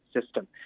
system